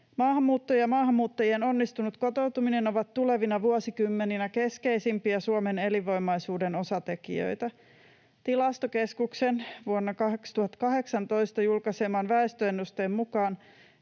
Maahanmuutto ja maahanmuuttajien onnistunut kotoutuminen ovat tulevina vuosikymmeninä keskeisimpiä Suomen elinvoimaisuuden osatekijöitä. Tilastokeskuksen vuonna 2018 julkaiseman väestöennusteen mukaan